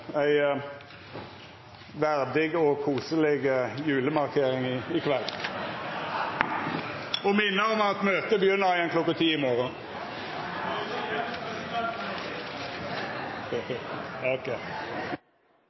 ei verdig og koseleg julemarkering i kveld og minna om at møtet begynner igjen kl. 10 i morgon.